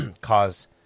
cause